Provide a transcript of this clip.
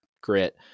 grit